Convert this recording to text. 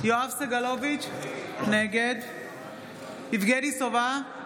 יואב סגלוביץ' נגד יבגני סובה,